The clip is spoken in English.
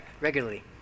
regularly